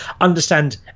understand